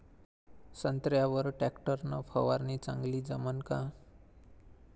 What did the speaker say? संत्र्यावर वर टॅक्टर न फवारनी चांगली जमन का?